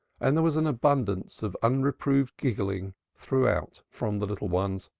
and there was an abundance of unreproved giggling throughout from the little ones,